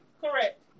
Correct